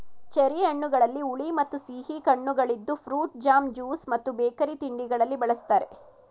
cherry ಹಣ್ಣುಗಳಲ್ಲಿ ಹುಳಿ ಮತ್ತು ಸಿಹಿ ಕಣ್ಣುಗಳಿದ್ದು ಫ್ರೂಟ್ ಜಾಮ್, ಜ್ಯೂಸ್ ಮತ್ತು ಬೇಕರಿ ತಿಂಡಿಗಳಲ್ಲಿ ಬಳ್ಸತ್ತರೆ